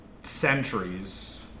centuries